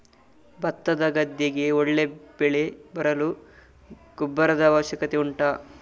ಭತ್ತದ ಗದ್ದೆಗೆ ಒಳ್ಳೆ ಬೆಳೆ ಬರಲು ಗೊಬ್ಬರದ ಅವಶ್ಯಕತೆ ಉಂಟಾ